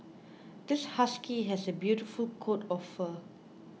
this husky has a beautiful coat of fur